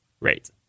Right